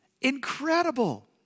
Incredible